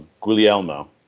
Guglielmo